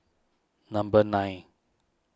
number nine